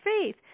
faith